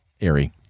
airy